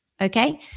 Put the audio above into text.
Okay